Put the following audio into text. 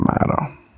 matter